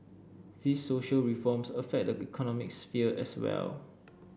these social reforms affect the economic sphere as well